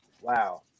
Wow